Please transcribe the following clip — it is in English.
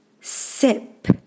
Sip